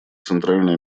центральное